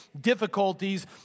difficulties